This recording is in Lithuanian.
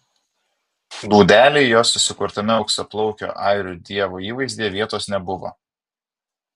dūdelei jos susikurtame auksaplaukio airių dievo įvaizdyje vietos nebuvo